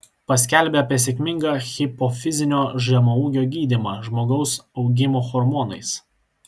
paskelbė apie sėkmingą hipofizinio žemaūgio gydymą žmogaus augimo hormonais